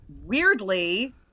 weirdly